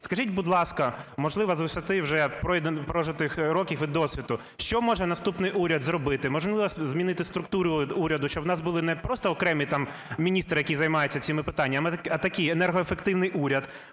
Скажіть, будь ласка, можливо, з висоти вже прожитих років і досвіду, що може наступний уряд зробити? Можливо, змінити структуру уряду, щоб у нас були не просто окремі міністри, які займаються цими питаннями, а енергоефективний уряд.